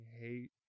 hate